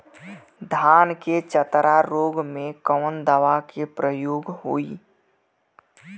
धान के चतरा रोग में कवन दवा के प्रयोग होई?